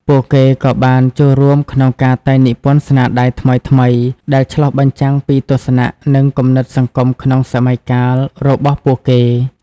ពួកគេក៏បានចូលរួមក្នុងការតែងនិពន្ធស្នាដៃថ្មីៗ ដែលឆ្លុះបញ្ចាំងពីទស្សនៈ និងគំនិតសង្គមក្នុងសម័យកាលរបស់ពួកគេ។